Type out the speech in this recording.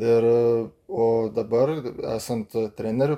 ir o dabar esant treneriu